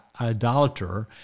idolater